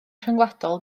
rhyngwladol